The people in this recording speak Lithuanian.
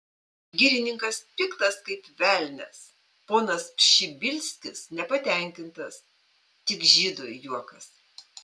girininkas piktas kaip velnias ponas pšibilskis nepatenkintas tik žydui juokas